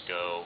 go